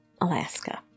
Alaska